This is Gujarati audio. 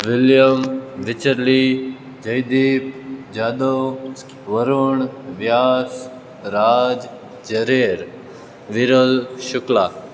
વિલિયમ વિચરી જયદીપ જાદવ વરુણ વ્યાસ રાજ જરેર વિરલ શુક્લા